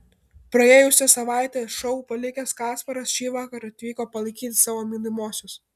praėjusią savaitę šou palikęs kasparas šįvakar atvyko palaikyti savo mylimosios